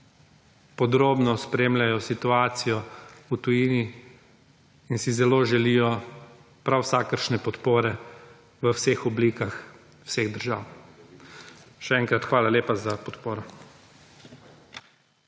podrobno spremljajo situacijo v tujini in si zelo želijo prav vsakršne podpore v vseh oblikah vseh držav. Še enkrat hvala lepa za podporo.